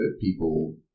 people